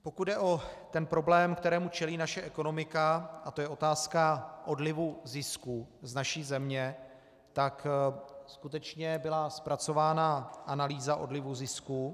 Pokud jde o ten problém, kterému čelí naše ekonomika, a to je otázka odlivu zisků z naší země, tak skutečně byla zpracována analýza odlivu zisků.